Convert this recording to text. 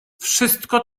wszystko